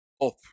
up